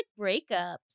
breakups